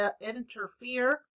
interfere